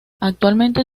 actualmente